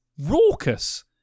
raucous